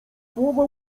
połowa